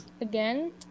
Again